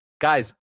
Guys